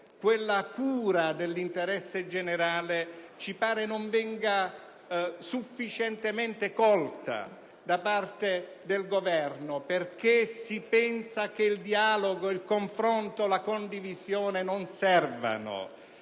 quella cura dell'interesse generale ci sembra non venga sufficientemente colta da parte del Governo perché si pensa che il dialogo, il confronto, la condivisione non servano.